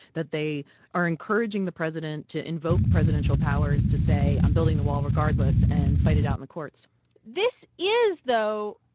that they are encouraging the president to invoke presidential powers to say, i'm building the wall regardless and fight it out in the courts this is, though,